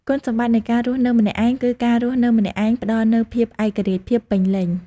គុណសម្បត្តិនៃការរស់នៅម្នាក់ឯងគឺ ការរស់នៅម្នាក់ឯងផ្ដល់នូវភាពឯករាជ្យភាពពេញលេញ។